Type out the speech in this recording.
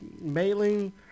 Mailing